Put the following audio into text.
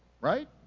right